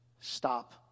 stop